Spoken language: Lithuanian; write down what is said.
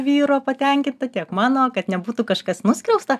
vyro patenkinta tiek mano kad nebūtų kažkas nuskriausta